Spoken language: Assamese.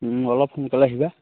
অলপ সোনকালে আহিবা